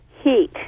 heat